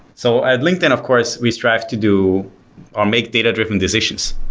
so at linkedin of course, we strive to do or make data driven decisions.